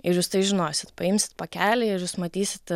ir jūs tai žinosit paimsit pakelį ir jūs matysit